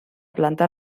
planta